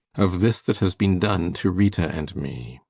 of this that has been done to rita and me.